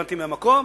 הבנתי מהמקום.